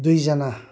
दुईजना